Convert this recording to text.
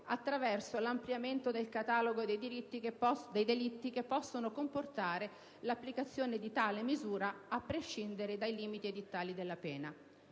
attraverso l'ampliamento del catalogo dei delitti che possono comportare l'applicazione di tale misura a prescindere dai limiti edittali di pena.